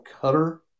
Cutter